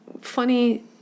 funny